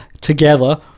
together